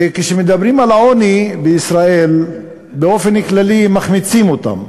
וכשמדברים על העוני בישראל באופן כללי מחמיצים אותם: